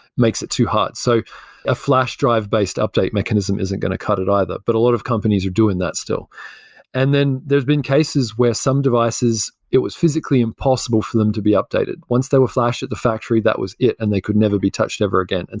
makes it too hard. so a flash drive-based update mechanism isn't going to cut it either, but a lot of companies are doing that still and then there's been cases where some devices, it was physically impossible for them to be updated. once they were flashed at the factory, that was it and they could never be touched ever again. and